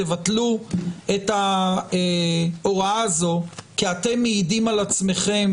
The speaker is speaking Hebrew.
תבטלו את ההוראה הזו כי אתם מעידים על עצמכם